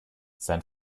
sein